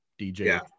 DJ